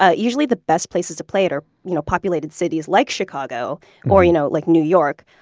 ah usually the best places to play it are you know populated cities like chicago or you know like new york.